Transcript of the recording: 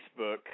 Facebook